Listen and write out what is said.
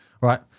Right